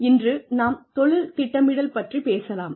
இன்று நாம் தொழில் திட்டமிடல் பற்றிப் பேசலாம்